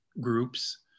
groups